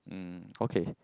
mm okay